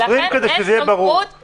לכן אין סמכות למנוע את הקיום.